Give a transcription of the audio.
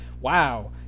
wow